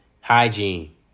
Hygiene